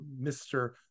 mr